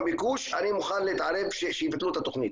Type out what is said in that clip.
ביקוש אני מוכן להתערב שיבטלו לו את התוכנית.